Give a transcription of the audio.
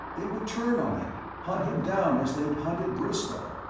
they would turn on him, hunt him down as they'd hunted briscoe,